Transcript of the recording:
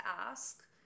ask